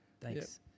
Thanks